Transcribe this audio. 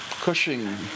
Cushing